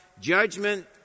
judgment